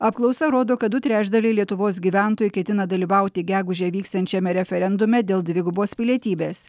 apklausa rodo kad du trečdaliai lietuvos gyventojų ketina dalyvauti gegužę vyksiančiame referendume dėl dvigubos pilietybės